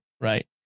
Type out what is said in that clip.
right